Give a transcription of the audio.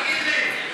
תגיד לי.